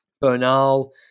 Bernal